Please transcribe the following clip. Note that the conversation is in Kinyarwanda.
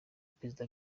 prezida